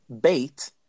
Bait